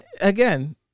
Again